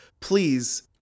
please